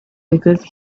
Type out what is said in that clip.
because